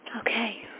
Okay